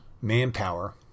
manpower